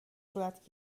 صورت